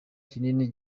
kinini